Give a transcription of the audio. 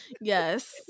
Yes